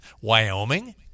Wyoming